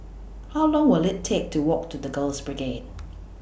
How Long Will IT Take to Walk to The Girls Brigade